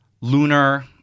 lunar